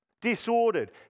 disordered